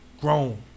grown